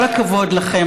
כל הכבוד לכם.